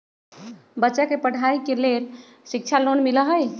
बच्चा के पढ़ाई के लेर शिक्षा लोन मिलहई?